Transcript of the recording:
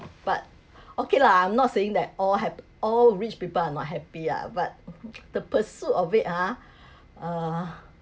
but okay lah I'm not saying that all hap~ all rich people are not happy ah the pursuit of it ah uh